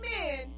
men